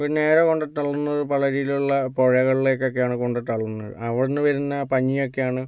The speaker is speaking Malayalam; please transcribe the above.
ഇത് നേരെ കൊണ്ട് തള്ളുന്നത് പല രീതിലുള്ള പുഴകളിലേക്കൊക്കെയാണ് കൊണ്ട് തള്ളുന്നത് അവിടുന്ന് വരുന്ന പഞ്ഞിയൊക്കെയാണ്